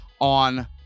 on